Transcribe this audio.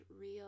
real